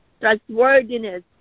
trustworthiness